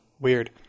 Weird